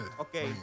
Okay